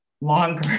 longer